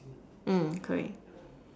mm correct